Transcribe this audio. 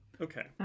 Okay